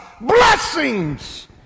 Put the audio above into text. blessings